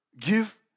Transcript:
give